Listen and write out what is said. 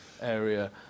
area